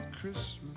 christmas